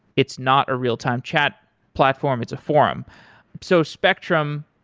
it's not a real-time chat platform, it's a forum so spectrum,